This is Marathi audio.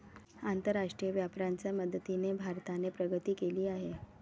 आंतरराष्ट्रीय व्यापाराच्या मदतीने भारताने प्रगती केली आहे